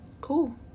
cool